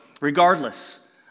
regardless